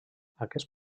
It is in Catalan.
aquest